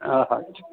हा हा